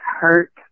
hurt